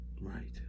Right